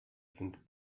sind